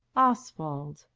oswald,